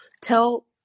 tell